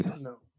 No